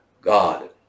god